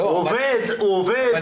הוא עובד --- אביעד,